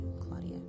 Claudia